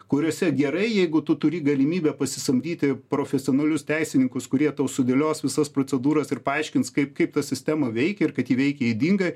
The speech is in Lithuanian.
kuriuose gerai jeigu tu turi galimybę pasisamdyti profesionalius teisininkus kurie tau sudėlios visas procedūras ir paaiškins kaip kaip ta sistema veikia ir kad ji veikia ydingai